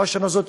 או השנה הזאת,